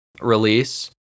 release